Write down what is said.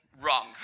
wrong